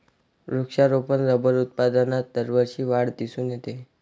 वृक्षारोपण रबर उत्पादनात दरवर्षी वाढ दिसून येते